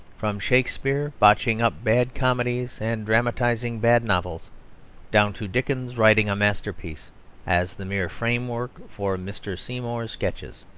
from shakespeare botching up bad comedies and dramatising bad novels down to dickens writing a masterpiece as the mere framework for a mr. seymour's sketches.